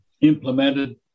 implemented